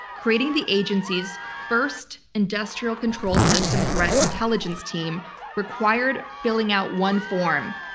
creating the agency's first industrial control system threat intelligence team required billing out one form,